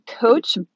coach